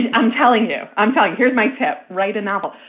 and i'm telling you, i'm telling. here's my tip. write a novel.